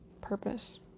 purpose